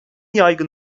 yaygın